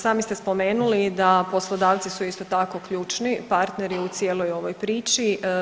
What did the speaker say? Sami ste spomenuli da poslodavci su isto tako ključni partneri u cijeloj ovoj priči.